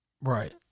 Right